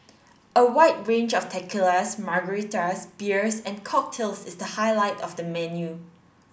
a wide range of tequilas margaritas beers and cocktails is the highlight of the menu